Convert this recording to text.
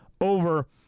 over